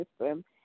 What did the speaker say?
system